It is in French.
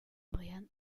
brian